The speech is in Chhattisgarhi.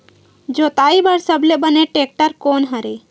जोताई बर सबले बने टेक्टर कोन हरे?